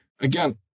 Again